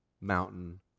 mountain